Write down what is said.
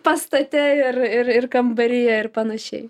pastate ir ir ir kambaryje ir panašiai